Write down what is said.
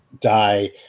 die